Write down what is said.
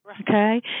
okay